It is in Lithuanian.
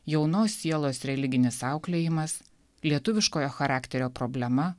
jaunos sielos religinis auklėjimas lietuviškojo charakterio problema